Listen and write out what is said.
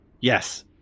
Yes